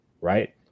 right